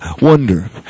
wonder